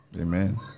Amen